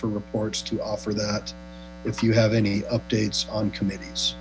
for reports to offer that if you have any updates on committees